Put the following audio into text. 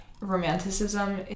romanticism